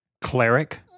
Cleric